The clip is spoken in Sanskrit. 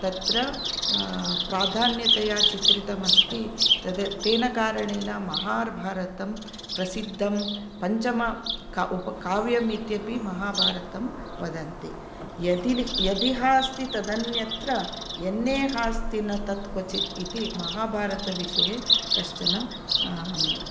तत्र प्राधान्यतया चित्रितम् अस्ति तद् तेन कारणेन महाभारतं प्रसिद्धं पञ्चम का काव्यमपि महाभारतम् इति वदन्ति यति यदिहास्ति तदन्यत्र यन्नेहास्ति न तत्क्वचित् इति महाभारतविषये कश्चन